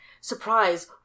surprise